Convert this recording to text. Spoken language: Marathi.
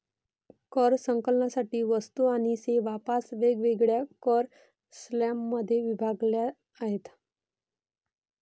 कर संकलनासाठी वस्तू आणि सेवा पाच वेगवेगळ्या कर स्लॅबमध्ये विभागल्या आहेत